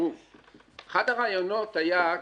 אחד הרעיונות היה כזה: